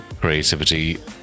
creativity